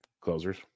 closers